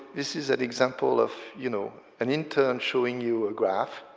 this is an example of, you know, an intern showing you a graph.